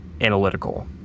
analytical